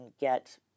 get